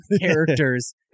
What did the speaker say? characters